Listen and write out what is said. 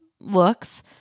looks